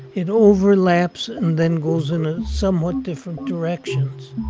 it overlaps and then goes into somewhat different directions